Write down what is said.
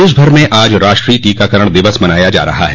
देशभर में आज राष्ट्रीय टीकाकरण दिवस मनाया जा रहा है